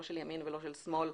לא של ימין ולא של שמאל,